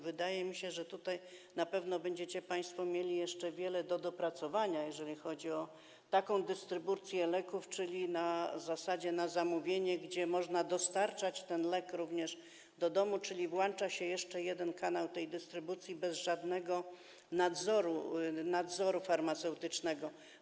Wydaje mi się, że tutaj na pewno będziecie państwo mieli jeszcze wiele do dopracowania, jeżeli chodzi o taką dystrybucję leków, w zasadzie na zamówienie, w przypadku której można dostarczać ten lek również do domu, czyli włącza się jeszcze jeden kanał tej dystrybucji bez żadnego nadzoru farmaceutycznego.